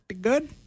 good